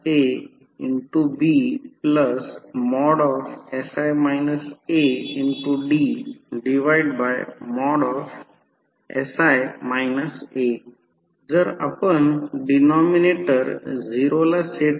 हे कमी व्होल्टेज बाजूला पूर्ण भार विद्युत् आहे कारण कमी व्होल्टेज च्या बाजूला 500 व्होल्ट